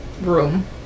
room